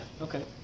okay